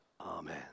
Amen